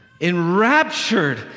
enraptured